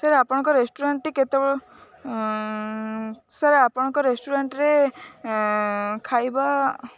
sir ଆପଣଙ୍କ ରେଷ୍ଟୁରାଣ୍ଟଟି କେତେବେଳେ ସାର୍ ଆପଣଙ୍କ ରେଷ୍ଟୁରାଣ୍ଟରେ ଖାଇବା